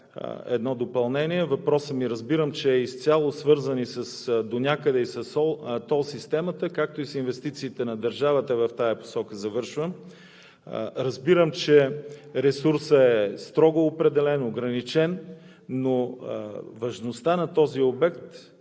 едно допълнение – разбирам, че въпросът ми е свързан донякъде и с тол системата, както и с инвестициите на държавата в тази посока. Разбирам, че ресурсът е строго определен, ограничен, но важността на този обект